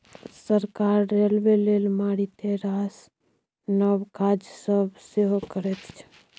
सरकार रेलबे लेल मारिते रास नब काज सब सेहो करैत छै